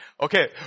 Okay